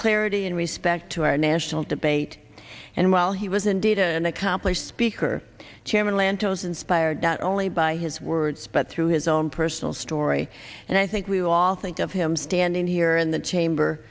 clarity and respect to our national debate and while he was indeed an accomplished speaker chairman lantos inspired not only by his words but through his own personal story and i think we all think of him standing here in the chamber